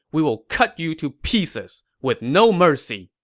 we will cut you to pieces, with no mercy!